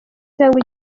cyangwa